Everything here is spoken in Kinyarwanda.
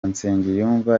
nsengiyumva